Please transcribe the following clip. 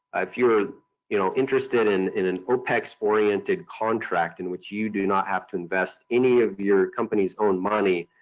if you are you know interested in in an opex-oriented contract in which you do not have to invest any of your company's own money,